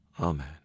Amen